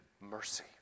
mercy